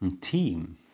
team